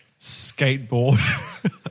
skateboard